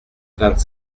vingt